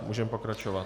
Můžeme pokračovat.